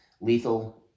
lethal